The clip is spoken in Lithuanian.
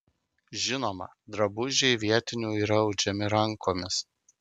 žinoma drabužiai vietinių yra audžiami rankomis